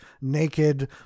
naked